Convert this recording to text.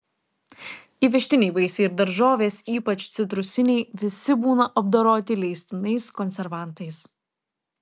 įvežtiniai vaisiai ir daržovės ypač citrusiniai visi būna apdoroti leistinais konservantais